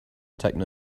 techno